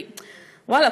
כי ואללה,